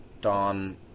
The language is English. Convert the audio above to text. Don